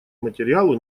материалу